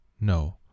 No